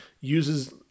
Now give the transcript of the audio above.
uses